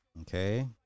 Okay